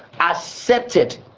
accepted